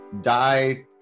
Die